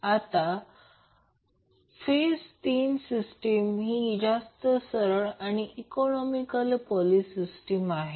आता 3 phase system ही जास्त सरळ आणि इकॉनोमिकल पॉली फेज सिस्टीम आहे